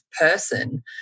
person